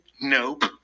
nope